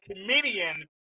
comedian